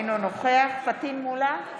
אינו נוכח פטין מולא,